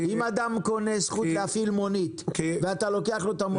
אם אדם קונה זכות להפעיל מונית ואתה לוקח לו את המונית?